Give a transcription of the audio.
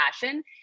passion